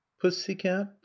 Pussycat